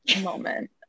moment